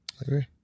Agree